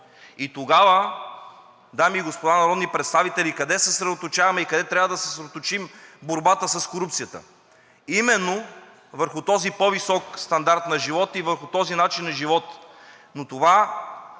И тогава, дами и господа народни представители, къде съсредоточаваме и къде трябва да съсредоточим борбата с корупцията – именно върху този по-висок стандарт на живот и върху този начин на живот.